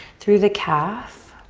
through the calve.